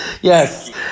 Yes